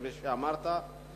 כפי שאמרת,